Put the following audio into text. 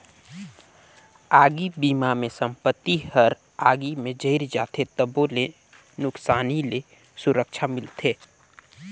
आगी बिमा मे संपत्ति हर आगी मे जईर जाथे तबो ले नुकसानी ले सुरक्छा मिलथे